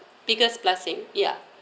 biggest blessing ya